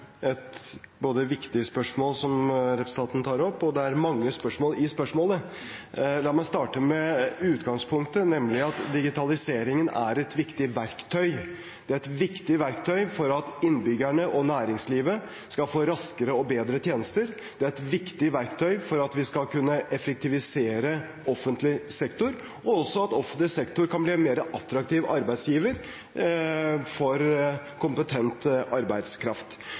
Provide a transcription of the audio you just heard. både et viktig spørsmål som representanten tar opp, og det er mange spørsmål i spørsmålet. La meg starte med utgangspunktet, nemlig at digitaliseringen er et viktig verktøy. Det er et viktig verktøy for at innbyggerne og næringslivet skal få raskere og bedre tjenester, et viktig verktøy for at vi skal kunne effektivisere offentlig sektor, og også for at offentlig sektor kan bli en mer attraktiv arbeidsgiver for kompetent arbeidskraft.